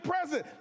present